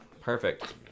Perfect